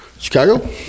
Chicago